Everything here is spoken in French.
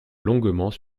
longuement